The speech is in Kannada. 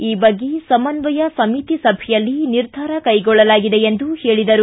ಈ ಬಗ್ಗೆ ಸಮನ್ವಯ ಸಮಿತಿ ಸಭೆಯಲ್ಲಿ ನಿರ್ಧಾರ ಕೈಗೊಳ್ಳಲಾಗಿದೆ ಎಂದು ಹೇಳಿದರು